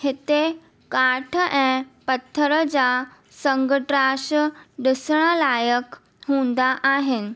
हिते काठ ऐं पथर जा संग तराशु ॾिसणु लाइक़ु हूंदा आहिनि